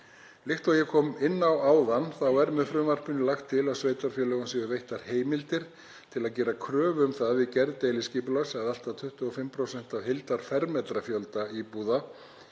Líkt og ég kom inn á áðan er með frumvarpinu lagt til að sveitarfélögum séu veittar heimildir til að gera kröfu um það að við gerð deiliskipulags verði allt að 25% af heildarfermetrafjölda íbúða